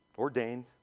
ordained